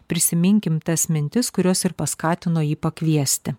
prisiminkim tas mintis kurios ir paskatino jį pakviesti